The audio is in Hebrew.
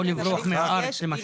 או לברוח מהארץ למשל.